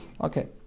Okay